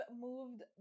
moved